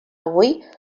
avui